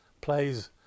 plays